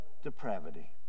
depravity